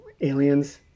aliens